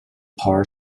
par